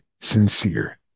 sincere